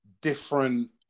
different